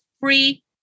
free